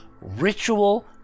ritual